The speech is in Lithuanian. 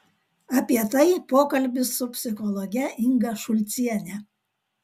apie tai pokalbis su psichologe inga šulciene